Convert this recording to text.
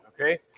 okay